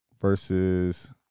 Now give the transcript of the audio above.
versus